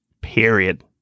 period